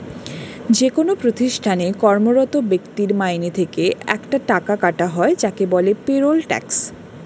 যেকোন প্রতিষ্ঠানে কর্মরত ব্যক্তির মাইনে থেকে একটা টাকা কাটা হয় যাকে বলে পেরোল ট্যাক্স